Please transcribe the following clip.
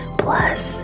plus